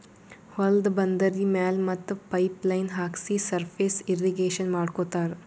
ಹೊಲ್ದ ಬಂದರಿ ಮ್ಯಾಲ್ ಮತ್ತ್ ಪೈಪ್ ಲೈನ್ ಹಾಕ್ಸಿ ಸರ್ಫೇಸ್ ಇರ್ರೀಗೇಷನ್ ಮಾಡ್ಕೋತ್ತಾರ್